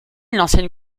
l’ancienne